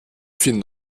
finn